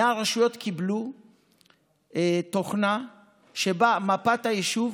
100 רשויות קיבלו תוכנה שבה מפת היישוב,